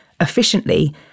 efficiently